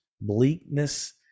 bleakness